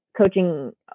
coaching